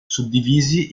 suddivisi